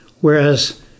whereas